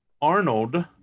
Arnold